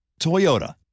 Toyota